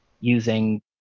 using